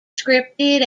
scripted